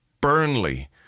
Burnley